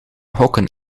gokken